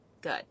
good